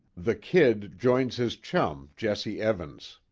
the kid joins his chum, jesse evans.